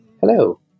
Hello